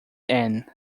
ann